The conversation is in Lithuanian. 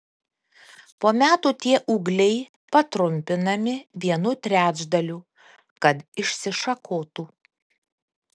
po metų tie ūgliai patrumpinami vienu trečdaliu kad išsišakotų